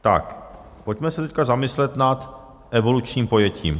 Tak pojďme se teď zamyslet nad evolučním pojetím.